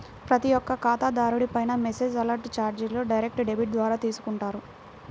ప్రతి ఒక్క ఖాతాదారుడిపైనా మెసేజ్ అలర్ట్ చార్జీలు డైరెక్ట్ డెబిట్ ద్వారా తీసుకుంటారు